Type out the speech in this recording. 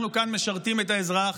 אנחנו כאן משרתים את האזרח,